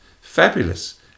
Fabulous